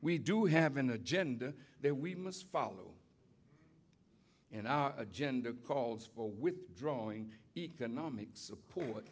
we do have an agenda that we must follow and our agenda calls for withdrawing economic support